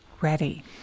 ready